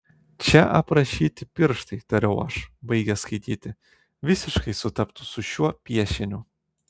čia aprašyti pirštai tariau aš baigęs skaityti visiškai sutaptų su šiuo piešiniu